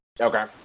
Okay